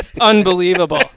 Unbelievable